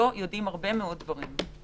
הרבה מאוד דברים שאנחנו עוד לא יודעים.